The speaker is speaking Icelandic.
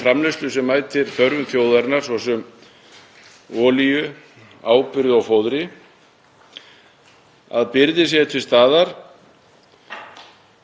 til af þeim fæðutegundum sem þjóðin þarfnast en sem innlend matvælaframleiðsla getur ekki tryggt eða slík framleiðsla hér heima verði efld.“